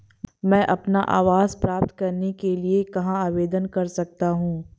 मैं अपना आवास प्राप्त करने के लिए कहाँ आवेदन कर सकता हूँ?